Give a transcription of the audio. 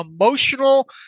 emotional